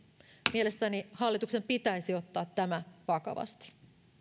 mielestäni hallituksen pitäisi ottaa tämä vakavasti